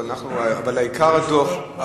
אבל עיקר הדוח,